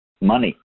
money